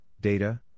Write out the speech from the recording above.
data